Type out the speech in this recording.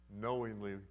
knowingly